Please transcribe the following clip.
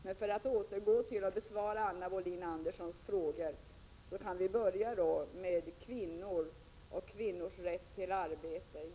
Men för att återgå till att besvara Anna Wohlin-Anderssons frågor, kan vi börja med kvinnor och kvinnors rätt till arbete.